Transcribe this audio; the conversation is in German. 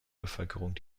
bevölkerung